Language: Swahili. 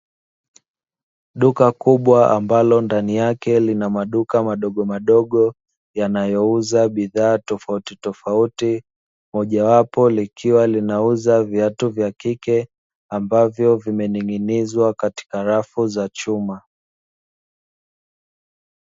Duka kubwa ambalo ndani yake lina maduka madogomadogo, yanayouza bidhaa tofautitofauti, mojawapo likiwa linauza viatu vya kike, ambavyo vimening'inizwa katika rafu za chuma.